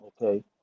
Okay